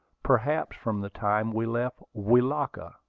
perhaps from the time we left welaka,